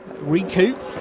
recoup